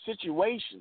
situations